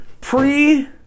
pre